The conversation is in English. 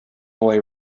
boy